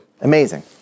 Amazing